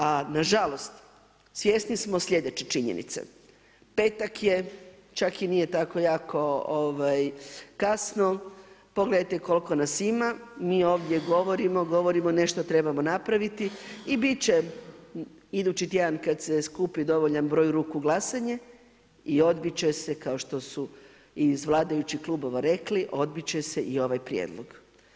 A nažalost, svjesni smo sljedeće činjenice, čak i nije tako jako kasno, pogledajte koliko nas ima, mi ovdje govorimo, govorimo nešto trebamo napraviti i biti će idući tjedan kada se skupi dovoljan broj ruku glasanje i odbiti će se kao što su i iz vladajućih klubova rekli, odbiti će se i ovaj prijedlog.